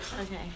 Okay